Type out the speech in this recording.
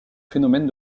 phénomène